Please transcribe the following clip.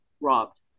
robbed